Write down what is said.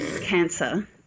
cancer